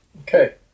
Okay